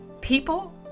people